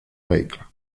vehicle